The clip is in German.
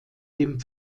dem